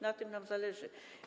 Na tym nam zależy.